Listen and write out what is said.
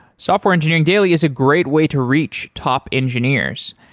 software engineering daily is a great way to reach top engineers.